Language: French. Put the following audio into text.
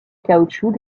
caoutchouc